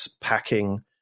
packing